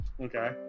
Okay